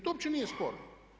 To uopće nije sporno.